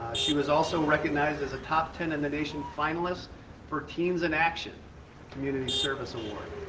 she was also recognized as a top ten in the nation finalist for teens in action ah community service award.